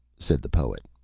said the poet.